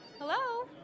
hello